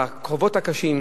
בקרבות הקשים,